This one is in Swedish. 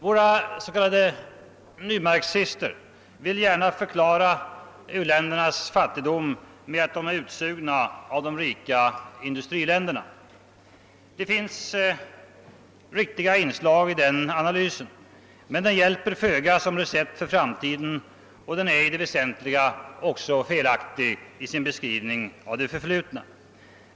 Våra s.k. nymarxister vill gärna förklara u-ländernas fattigdom med att de är utsugna av de rika industriländerna. Det finns riktiga inslag i den analysen. Men den hjälper föga som recept för framtiden. Och den är i det väsentliga också felaktig i sin beskrivning av det förflutna.